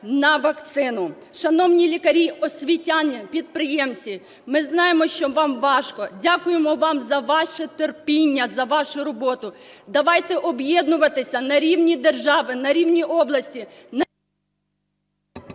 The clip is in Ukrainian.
на вакцину. Шановні лікарі, освітяни, підприємці, ми знаємо, що вам важко. Дякуємо вам за ваше терпіння, за вашу роботу. Давайте об'єднуватися на рівні держави, на рівні області…